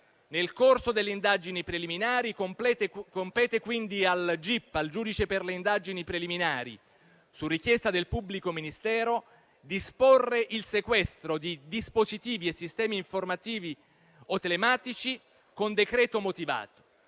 Nel corso delle indagini preliminari, compete quindi al giudice per le indagini preliminari (gip), su richiesta del pubblico ministero, disporre il sequestro di dispositivi e sistemi informativi o telematici, con decreto motivato.